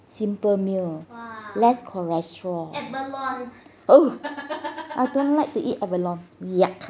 simple meal less cholesterol oh I don't like to eat abalone yuck